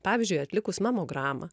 pavyzdžiui atlikus mamogramą